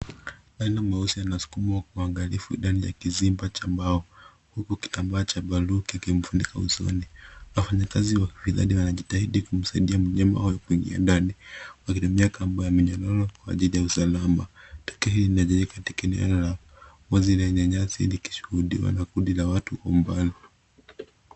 Rhino nyeusi anasukumwa kwa uangalifu ndani ya kizimba cha mbao huku kitambaa cha blue kikimfunika usoni. Wafanyakazi wa wanajitahidi kumsaidia mnyama huyo kuingia ndani, wakitumia kamba ya minyoro kwa ajili ya usalama. Tukio hili linatendeka katika eneo la wazi lenye nyasi likishuhudiwa na kundi la watu kwa umbali.